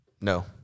No